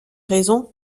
raison